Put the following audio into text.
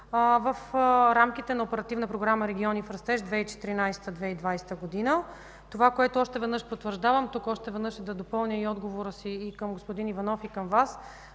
в рамките на Оперативна програма „Региони в растеж 2014–2020 г.” Това, което още веднъж потвърждавам, тук още веднъж да допълня и отговора си към господин Иванов и към Вас,